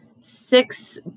six